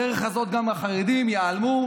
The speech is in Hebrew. בדרך הזאת גם החרדים ייעלמו,